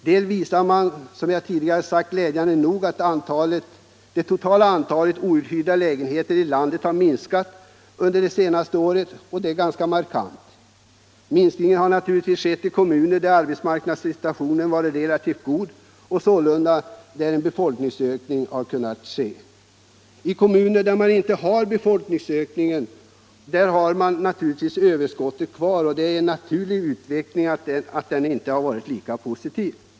Man visar — som jag tidigare sagt — att det totala antalet ”outhyrda lägenheter” i landet glädjande nog har minskat under det senaste året, och detta ganska markant. Minskningen har naturligtvis skett i kommuner där arbetsmarknadssituationen varit relativt god och sålunda en befolkningsökning har kunnat ske. I kommuner där man inte har någon befolkningsökning och där man alltså har kvar dessa ”överskott” har naturligtvis utvecklingen inte varit lika positiv.